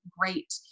great